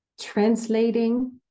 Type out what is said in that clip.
translating